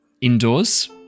indoors